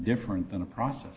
different than a process